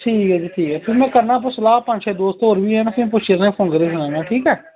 ठीक ऐ ठीक ऐ फ्ही में करना सलाह पंज छे दोस्त होर बी हैन फिर पुच्छियै फोन करियै सनाना ठीक ऐ